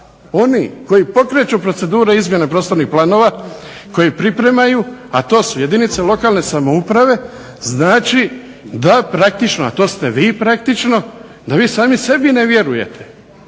oni koji pokreću proceduru izmjene prostornih planova, a to su jedinice lokalne samouprave znači da praktično, a to ste vi praktično da vi sami sebi ne vjerujete